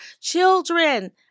Children